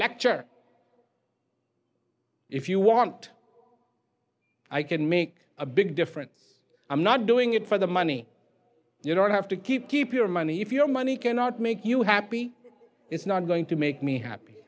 lecture if you want i can make a big difference i'm not doing it for the money you don't have to keep keep your money if your money cannot make you happy it's not going to make me happy